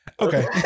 Okay